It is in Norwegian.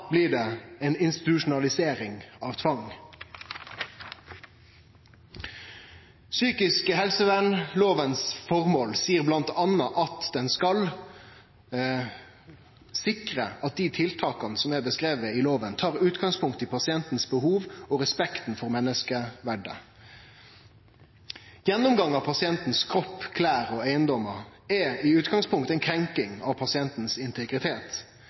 blir dette ei institusjonalisering av tvang. Formålet med psykisk helsevernlova er bl.a. at lova skal «sikre at de tiltakene som er beskrevet i loven, tar utgangspunkt i pasientens behov og respekten for menneskeverdet». Gjennomgang av pasientens kropp, klede og eigedelar er i utgangspunktet ei krenking av pasientens integritet.